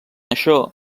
això